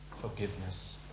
forgiveness